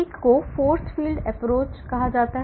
एक को force field based approach कहा जाता है